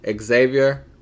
Xavier